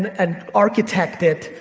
and architect it.